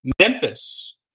Memphis